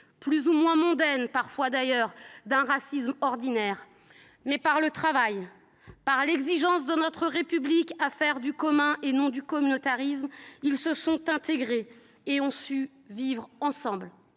plus ou moins mondaine du racisme ordinaire. Par le travail, par l’exigence de notre République à faire du commun et nom du communautarisme, ils se sont intégrés et ont su vivre ensemble,